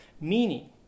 Meaning